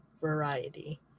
variety